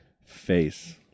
Face